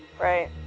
Right